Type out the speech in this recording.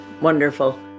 wonderful